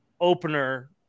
opener